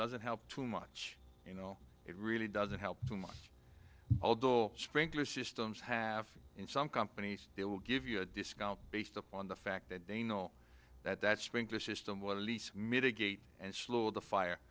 doesn't help too much you know it really doesn't help too much sprinkler systems have in some companies they will give you a discount based upon the fact that they know that that sprinkler system was at least mitigate and slow the fire